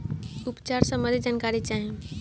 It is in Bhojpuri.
उपचार सबंधी जानकारी चाही?